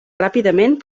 ràpidament